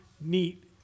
neat